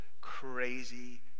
crazy